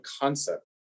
concept